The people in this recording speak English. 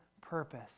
purpose